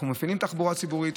אנחנו מפעילים תחבורה ציבורית,